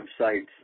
websites